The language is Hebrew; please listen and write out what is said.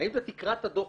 האם אתה תקרא את הדוח.